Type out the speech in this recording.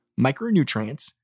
Micronutrients